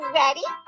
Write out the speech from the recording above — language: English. ready